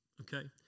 okay